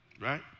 right